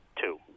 two